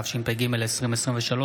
התשפ"ג 2023,